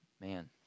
man